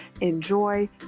enjoy